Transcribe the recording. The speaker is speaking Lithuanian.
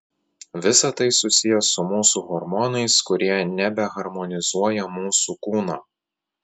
visa tai susiję su mūsų hormonais kurie nebeharmonizuoja mūsų kūno